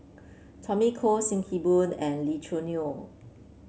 Tommy Koh Sim Kee Boon and Lee Choo Neo